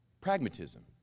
Pragmatism